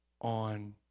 on